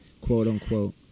quote-unquote